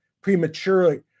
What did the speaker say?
prematurely